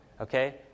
okay